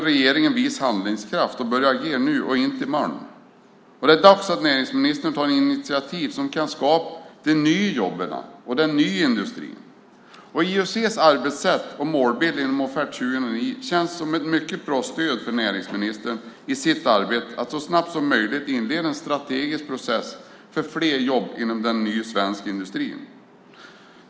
Regeringen måste visa handlingskraft och börja agera nu och inte i morgon. Det är dags att näringsministern tar initiativ som kan skapa de nya jobben och den nya industrin. IUC:s arbetssätt och målbild inom Offert 2009 känns som ett mycket bra stöd för näringsministern i sitt arbete att så snabbt som möjligt inleda en strategisk process för fler jobb inom den nya svenska industrin.